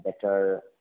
better